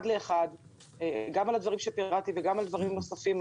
לאחד גם על הדברים שפירטתי וגם על דברים נוספים.